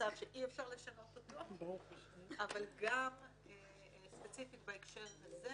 מצב שאי אפשר לשנות אותו אבל גם ספציפית בהקשר הזה.